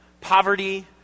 poverty